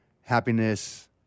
happiness